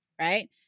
right